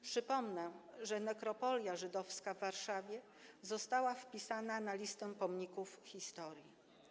Przypomnę, że nekropolia żydowska w Warszawie została wpisana na listę pomników historii.